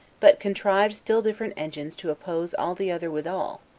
but contrived still different engines to oppose all the other withal,